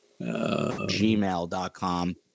gmail.com